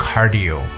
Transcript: Cardio